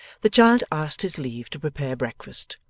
the child asked his leave to prepare breakfast,